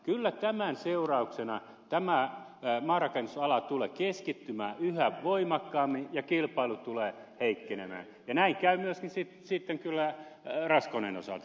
kyllä tämän seurauksena maarakennusala tulee keskittymään yhä voimakkaammin ja kilpailu tulee heikkenemään ja näin käy myöskin sitten kyllä raskoneen osalta